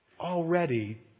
already